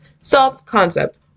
self-concept